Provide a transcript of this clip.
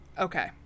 Okay